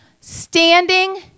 standing